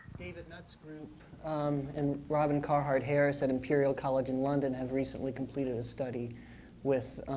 david nutt's group and robin carhart-harris at imperial college in london have recently completed a study with